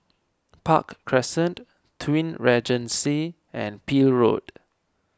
Park Crescent Twin Regency and Peel Road